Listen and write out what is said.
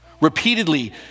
Repeatedly